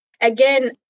Again